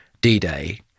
D-Day